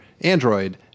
Android